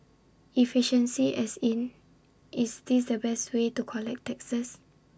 efficiency as in is this the best way to collect taxes